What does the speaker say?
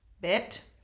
bit